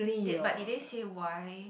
did but did they say why